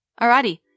Alrighty